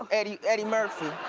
eddie eddie murphy.